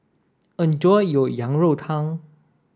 enjoy your Yang Rou Tang